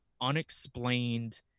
unexplained